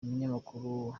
umunyamakuru